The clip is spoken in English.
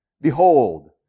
Behold